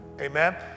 amen